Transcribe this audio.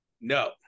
No